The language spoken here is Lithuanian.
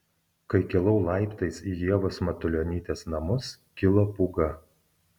kai kilau laiptais į ievos matulionytės namus kilo pūga